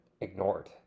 ignored